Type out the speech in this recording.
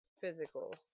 physical